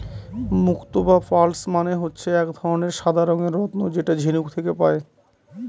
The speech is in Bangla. মুক্ত বা পার্লস মানে হচ্ছে এক ধরনের সাদা রঙের রত্ন যেটা ঝিনুক থেকে পায়